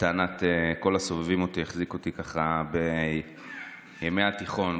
לטענת כל הסובבים אותי, בימי התיכון.